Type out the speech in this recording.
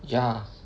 ya